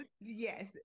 Yes